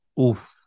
Oof